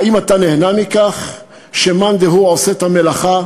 האם אתה נהנה מכך שמאן דהוא עושה את המלאכה